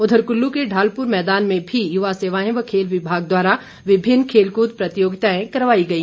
उधर कुल्लू के ढालपुर मैदान में भी युवा सेवाएं व खेल विभाग द्वारा विभिन्न खेलकूद प्रतियोगिएं करवाई गई